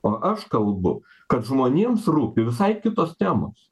o aš kalbu kad žmonėms rūpi visai kitos temos